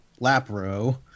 lapro